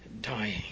dying